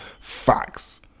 facts